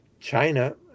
china